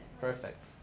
Perfect